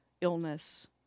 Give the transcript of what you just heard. illness